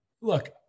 look